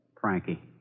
Frankie